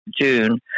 June